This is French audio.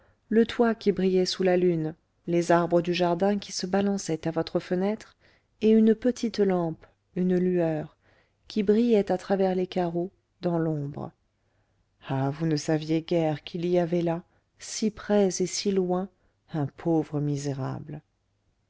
le toit qui brillait sous la lune les arbres du jardin qui se balançaient à votre fenêtre et une petite lampe une lueur qui brillait à travers les carreaux dans l'ombre ah vous ne saviez guère qu'il y avait là si près et si loin un pauvre misérable